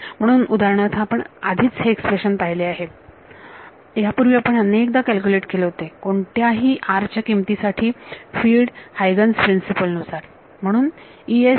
म्हणून उदाहरणार्थ आपण आधीच हे एक्स्प्रेशन पाहिले आहे यापूर्वी आपण अनेकदा कॅल्क्युलेट केले होते कोणत्याही r च्या किमती साठी चे field Huygens principle Huygen's Principle नुसार